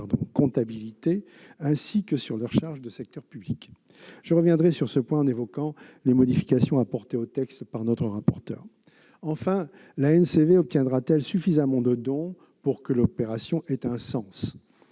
leur comptabilité ainsi que sur leurs charges de secteur public. Je reviendrai sur ce point, en évoquant les modifications apportées au texte par notre rapporteur. Enfin, l'ANCV obtiendra-t-elle suffisamment de dons pour que l'opération ait un sens ?